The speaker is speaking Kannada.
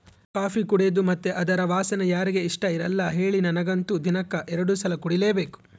ಕಾಫಿ ಕುಡೇದು ಮತ್ತೆ ಅದರ ವಾಸನೆ ಯಾರಿಗೆ ಇಷ್ಟಇರಲ್ಲ ಹೇಳಿ ನನಗಂತೂ ದಿನಕ್ಕ ಎರಡು ಸಲ ಕುಡಿಲೇಬೇಕು